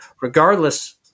regardless